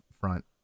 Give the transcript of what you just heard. front